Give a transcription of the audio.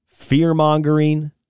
fear-mongering